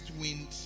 wind